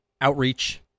outreach